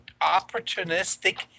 Opportunistic